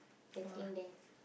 writing there